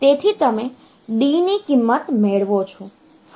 તેથી તમે D ની કિંમત મેળવો છો